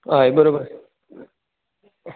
हय बरोबर